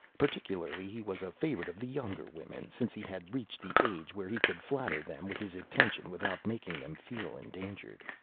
particularly, he was a favorite of the younger women, since he had reached the age where he could flatter them with his attention without making them feel endangered.